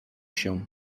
się